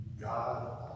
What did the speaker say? God